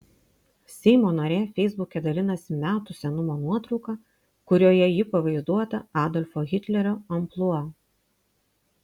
seimo narė feisbuke dalinasi metų senumo nuotrauka kurioje ji pavaizduota adolfo hitlerio amplua